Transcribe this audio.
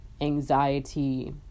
anxiety